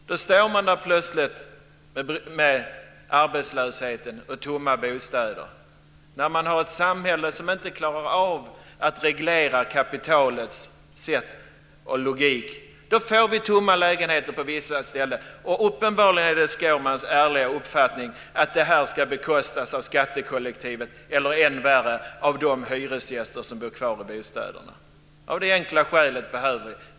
Då står vi plötsligt där med arbetslöshet och tomma bostäder. När vi har ett samhälle som inte klarar av att reglera kapitalets logik, får vi tomma lägenheter på vissa ställen. Uppenbarligen är det Skårmans ärliga uppfattning att det här ska bekostas av skattekollektivet eller, än värre, av de hyresgäster som bor kvar i bostäderna. Av det enkla skälet behöver vi allmännyttan.